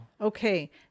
okay